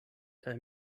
kaj